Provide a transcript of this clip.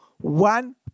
one